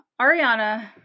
Ariana